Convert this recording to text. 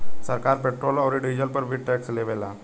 सरकार पेट्रोल औरी डीजल पर भी टैक्स ले लेवेला